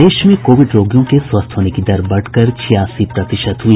प्रदेश में कोविड रोगियों के स्वस्थ होने की दर बढ़कर छियासी प्रतिशत हुई